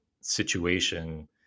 situation